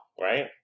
right